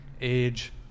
age